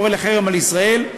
קורא לחרם על ישראל,